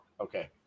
Okay